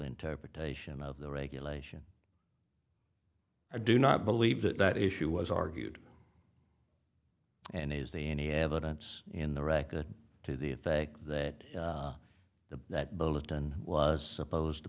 interpretation of the regulation i do not believe that that issue was argued and is the any evidence in the record to the effect that the that bulletin was supposed to